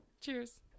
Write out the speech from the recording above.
cheers